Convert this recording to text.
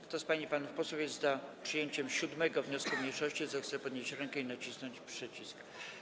Kto z pań i panów posłów jest za przyjęciem 7. wniosku mniejszości, zechce podnieść rękę i nacisnąć przycisk.